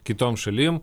kitom šalim